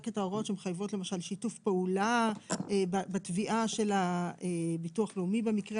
רק את ההוראות שמחייבות למשל שיתוף פעולה בתביעה של הביטוח הלאומי במקרה